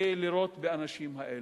ולירות באנשים האלה?